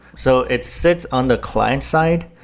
so it sits on the client side.